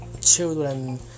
children